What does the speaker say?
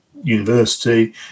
university